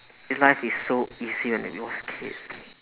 life is so easy when you was a kid